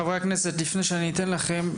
חברי הכנסת, לפני שאתן לכם.